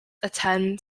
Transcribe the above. attend